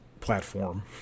platform